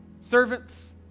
servants